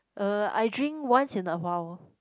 uh I drink once in a while